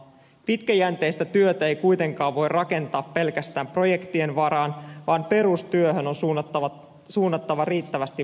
pitkäjänteistä työtä ei kuitenkaan voi rakentaa pelkästään projektien varaan vaan perustyöhön on suunnattava riittävästi voimavaroja